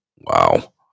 wow